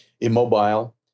immobile